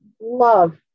love